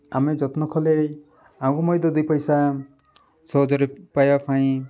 ଆମେ ଯତ୍ନ କଲେ ଆମକୁ ମଧ୍ୟ ଦୁଇ ପଇସା ସହଜରେ ପାଇବା ପାଇଁ